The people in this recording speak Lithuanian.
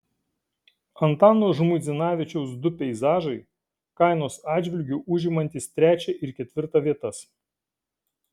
antano žmuidzinavičiaus du peizažai kainos atžvilgiu užimantys trečią ir ketvirtą vietas